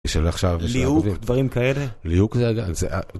יש לנו עכשיו... ליהוק, דברים כאלה?